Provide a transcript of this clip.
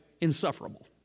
insufferable